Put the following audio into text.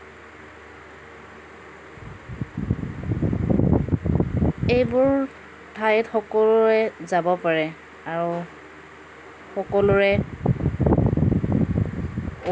এইবোৰ ঠাইত সকলোৱে যাব পাৰে আৰু সকলোৰে